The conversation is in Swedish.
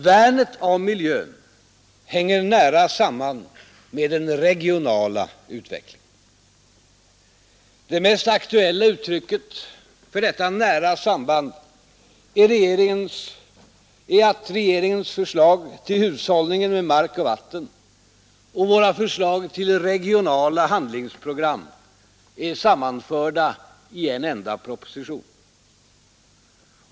Värnet av miljön hänger nära samman med den regionala utvecklingen. Det mest aktuella uttrycket för detta nära samband är att regeringens förslag till hushållningen med mark och vatten och våra förslag till regionala handlingsprogram är sammanförda i en enda proposition.